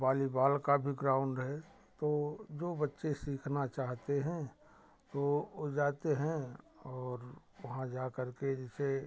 volleyball का भी ground है तो जो बच्चे सीखना चाहते हैं तो वो जाते हैं और वहाँ जाकर के जिसे